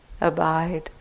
Abide